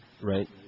Right